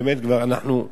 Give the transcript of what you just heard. באמת כבר איבדנו